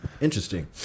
Interesting